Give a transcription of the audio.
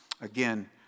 Again